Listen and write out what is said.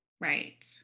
Right